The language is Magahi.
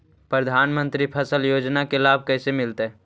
प्रधानमंत्री फसल योजना के लाभ कैसे मिलतै?